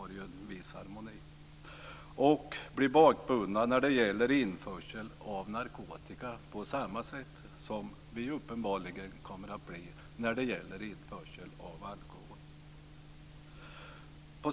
Annars kan vi bli bakbundna inför införseln av narkotika på samma sätt som vi uppenbarligen kommer att bli när det gäller införsel av alkohol.